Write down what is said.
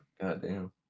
goddamn